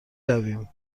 رویم